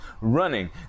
running